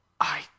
I